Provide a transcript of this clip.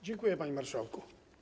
Dziękuję, panie marszałku.